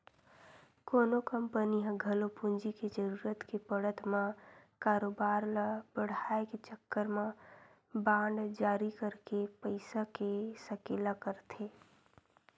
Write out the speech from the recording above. कोनो कंपनी ह घलो पूंजी के जरुरत के पड़त म कारोबार ल बड़हाय के चक्कर म बांड जारी करके पइसा के सकेला करथे